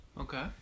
Okay